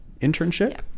internship